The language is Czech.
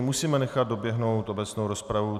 Musíme nechat doběhnout obecnou rozpravu.